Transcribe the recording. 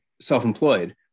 self-employed